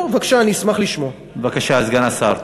בבקשה, סגן השר.